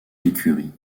l’écurie